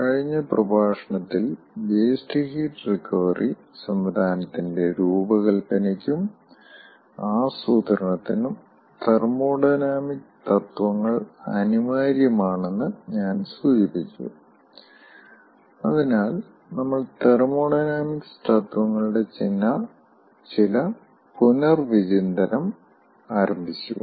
കഴിഞ്ഞ പ്രഭാഷണത്തിൽ waste heat recovery സംവിധാനത്തിന്റെ രൂപകൽപ്പനയ്ക്കും ആസൂത്രണത്തിനും തെർമോഡൈനാമിക് തത്വങ്ങൾ അനിവാര്യമാണെന്ന് ഞാൻ സൂചിപ്പിച്ചു അതിനാൽ നമ്മൾ തെർമോഡൈനാമിക് തത്വങ്ങളുടെ ചില പുനർവിചിന്തനം ആരംഭിച്ചു